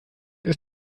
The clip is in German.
ist